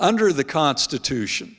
under the constitution